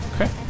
Okay